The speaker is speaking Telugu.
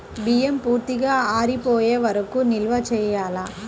బియ్యం పూర్తిగా ఆరిపోయే వరకు నిల్వ చేయాలా?